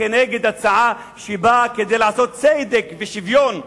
נגד הצעה שבאה לעשות צדק ושוויון,